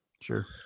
Sure